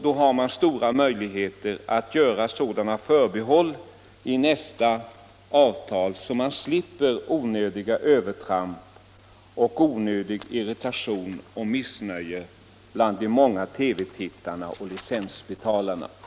Då har man stora möjligheter att göra sådana förbehåll i nästa avtal att man slipper onödiga övertramp, med irritation och missnöje bland de många TV-tittarna och licensbetalarna som följd.